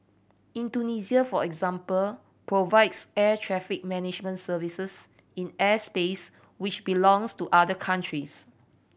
Indonesia for example provides air traffic management services in airspace which belongs to other countries